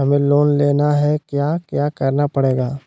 हमें लोन लेना है क्या क्या करना पड़ेगा?